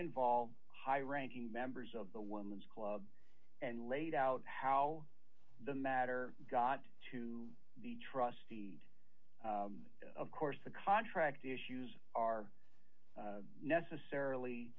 involve high ranking members of the woman's club and laid out how the matter got to the trustee of course the contract issues are necessarily